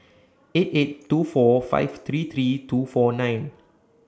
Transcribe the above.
eight eight two four five three three two four nine